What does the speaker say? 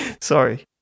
sorry